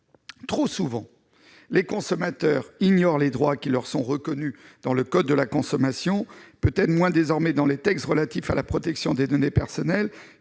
Trop souvent, les consommateurs ignorent les droits qui leur sont reconnus dans le code de la consommation- peut-être moins, désormais, ceux qui figurent dans les textes relatifs à la protection des données personnelles,